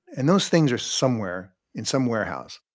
and those things are somewhere in some warehouse